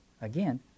Again